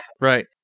Right